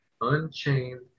Unchained